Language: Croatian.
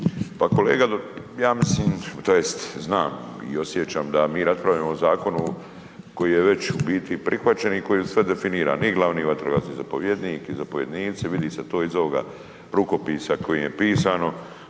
Pa kolega ja mislim tj. znam i osjećam da mi raspravljamo o zakonu koji je već u biti prihvaćen i koji sve definira i glavni vatrogasni zapovjednik i zapovjednici, vidi se to iz ovoga rukopisa kojim je pisano.